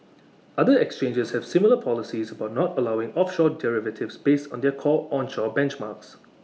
other exchanges have similar policies about not allowing offshore derivatives based on their core onshore benchmarks